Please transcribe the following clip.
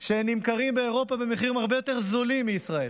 שנמכרים באירופה במחירים הרבה יותר זולים מישראל